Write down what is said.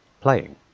playing